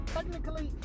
Technically